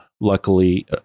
Luckily